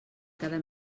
cada